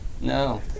No